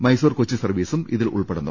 മൈസൂർ കൊച്ചി സർവീസും ഇതിൽ ഉൾപ്പെടുന്നു